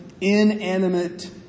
inanimate